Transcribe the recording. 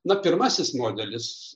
na pirmasis modelis